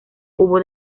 hubo